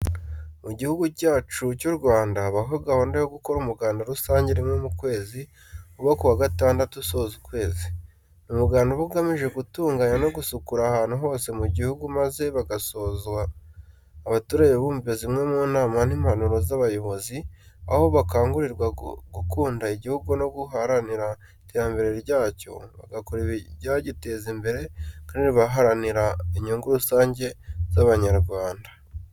Mu gihugu cyacu cy'u Rwanda habaho gahunda yo gukora umuganda rusange rimwe mu kwezi uba ku wa gatandatu usoza ukwezi. Ni umuganda uba ugamije gutunganya no gusukura ahantu hose mu gihugu maze bigasozwa abaturage bumva zimwe mu nama n'impanuro z'abayobozi, aho bakangurirwa gukunda igihugu no guharanira iterambere ryacyo bakora ibyagiteza imbere kandi baharanira inyungu rusange z'Abanyarwanda.